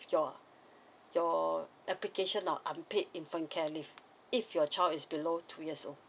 your your application or unpaid infant care leave if your child is below two years old